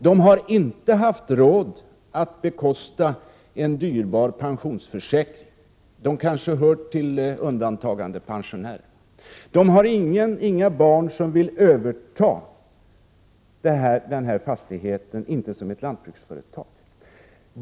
De har inte haft råd att bekosta en dyrbar pensionsförsäkring. De kanske hör till undantagandepensionärerna. De har inga barn som vill överta fastigheten, inte som ett lantbruksföretag.